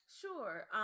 Sure